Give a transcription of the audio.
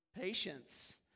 patience